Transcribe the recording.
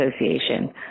association